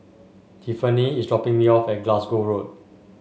Tiffanie is dropping me off at Glasgow Road